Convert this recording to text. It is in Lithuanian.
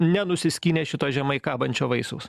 nenusiskynė šito žemai kabančio vaisiaus